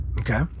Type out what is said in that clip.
Okay